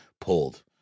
pulled